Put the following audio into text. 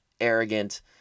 arrogant